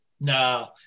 No